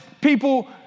people